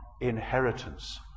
inheritance